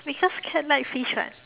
because cat like fish [what]